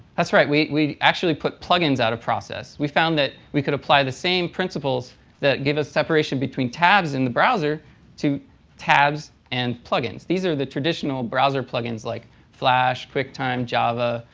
that's right, we we actually put plug-ins out of process. we found that we could apply the same principles that give us separation between tabs in the browser to tabs and plug-ins. these are the traditional browser plug-ins like flash, quicktime, java,